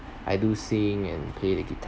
I do sing and play the guitar